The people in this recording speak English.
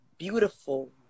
Beautiful